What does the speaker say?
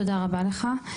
תודה רבה לך.